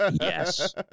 Yes